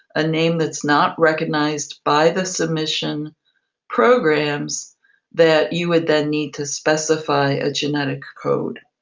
a name that's not recognized by the submission programs that you would then need to specific a genetic code.